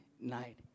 night